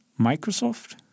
Microsoft